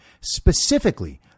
specifically